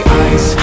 eyes